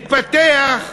התפתח,